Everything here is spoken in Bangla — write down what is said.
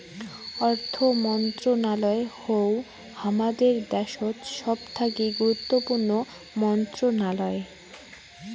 অর্থ মন্ত্রণালয় হউ হামাদের দ্যাশোত সবথাকি গুরুত্বপূর্ণ মন্ত্রণালয়